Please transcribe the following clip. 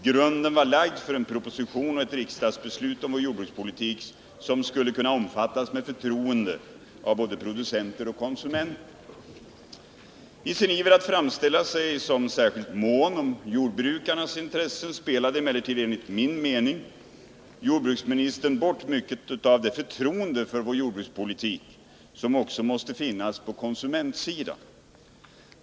Grunden var lagd för en proposition och ett riksdagsbeslut om vår jordbrukspolitik som skulle kunna omfattas med förtroende av både producenter och konsumenter. I sin iver att framställa sig som särskilt mån om jordbrukarnas intressen spelade emellertid enligt min mening jordbruksministern bort mycket av det förtroende för vår jordbrukspolitik som också måste finnas på konsumentsidan.